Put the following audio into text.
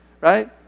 right